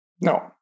No